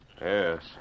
Yes